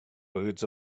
birds